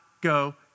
go